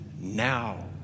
now